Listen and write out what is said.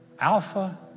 Alpha